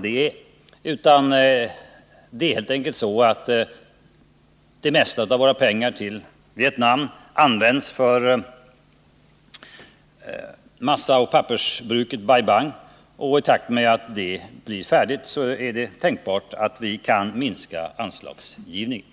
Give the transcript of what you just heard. Det är helt enkelt så att det mesta av våra pengar används för massaoch pappersbruket Bai Bang och att vi i takt med att det blir färdigt kan minska anslagsgivningen.